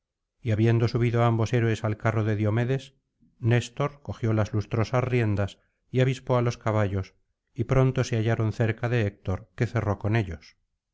y habiendo subido ambos héroes al carro de diomedes néstor cogió las lustrosas riendas y avispó á los caballos y pronto se hallaron cerca de héctor que cerró con ellos